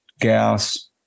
gas